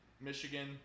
Michigan